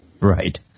Right